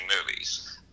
movies